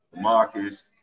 Marcus